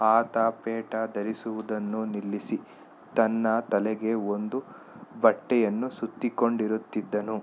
ಆತ ಪೇಟ ಧರಿಸುವುದನ್ನೂ ನಿಲ್ಲಿಸಿ ತನ್ನ ತಲೆಗೆ ಒಂದು ಬಟ್ಟೆಯನ್ನು ಸುತ್ತಿಕೊಂಡಿರುತ್ತಿದ್ದನು